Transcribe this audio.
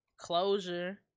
Closure